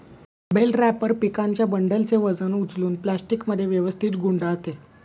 bell wrapper पिकांच्या बंडलचे वजन उचलून प्लास्टिकमध्ये व्यवस्थित गुंडाळते